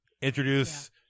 Introduce